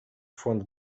фонд